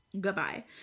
goodbye